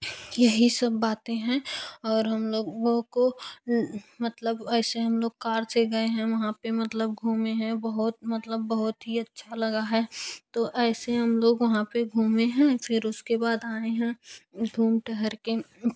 यही सब बातें हैं और हम लोगों को मतलब ऐसे हम लोग कार से गए हैं वहाँ पे मतलब घूमें हैं बहुत मतलब बहुत ही अच्छा लगा है तो ऐसे हम लोग वहाँ पे घूमे हैं फिर उसके बाद आए हैं घूम टहर के